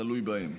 תלוי בהם.